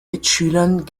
mitschülern